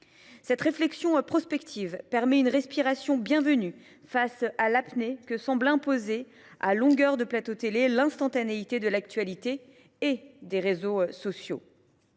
La réflexion prospective permet une respiration bienvenue face à l’apnée que semble imposer, à longueur de plateaux de télévision, l’instantanéité de l’actualité et des réseaux sociaux.